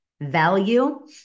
value